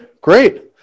great